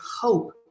hope